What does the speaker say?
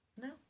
No